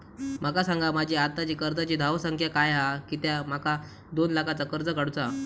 माका सांगा माझी आत्ताची कर्जाची धावसंख्या काय हा कित्या माका दोन लाखाचा कर्ज काढू चा हा?